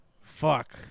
Fuck